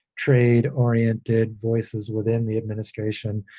trade oriented voices within the administration.